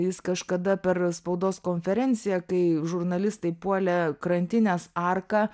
jis kažkada per spaudos konferenciją kai žurnalistai puolė krantinės arką